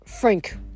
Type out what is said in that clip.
Frank